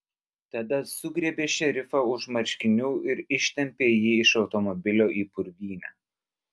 tada sugriebė šerifą už marškinių ir ištempė jį iš automobilio į purvynę